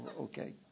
okay